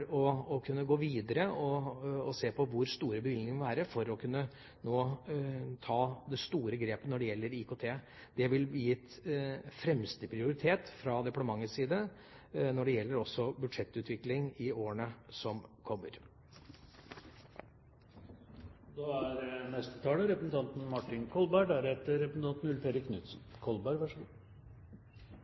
for å kunne gå videre og se på hvor store bevilgningene må være for å kunne ta det store grepet når det gjelder IKT. Dette vil bli gitt fremste prioritet fra departementets side når det gjelder budsjettutvikling også i årene som kommer. Den saken vi har til behandling i dag, og da tenker jeg på den organiserte kriminalitetens karakter, er